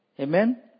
Amen